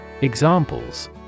Examples